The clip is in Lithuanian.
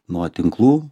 nuo tinklų